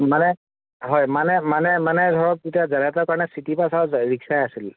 মানে হয় মানে মানে মানে ধৰক তেতিয়া যাতায়তৰ কাৰণে চিটি বাছ আৰু ৰিক্সাই আছিল